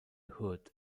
hood